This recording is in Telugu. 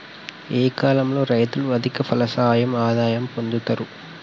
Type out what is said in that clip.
ఏ కాలం లో రైతులు అధిక ఫలసాయం ఆదాయం పొందుతరు?